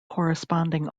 corresponding